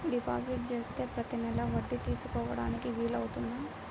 Deposit చేస్తే ప్రతి నెల వడ్డీ తీసుకోవడానికి వీలు అవుతుందా?